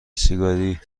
سیگاری